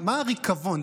מה הריקבון?